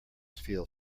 feel